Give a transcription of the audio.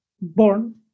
born